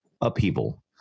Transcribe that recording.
upheaval